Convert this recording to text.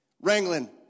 wrangling